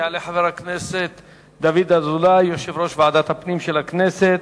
יעלה חבר הכנסת דוד אזולאי יושב-ראש ועדת הפנים של הכנסת.